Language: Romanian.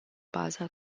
baza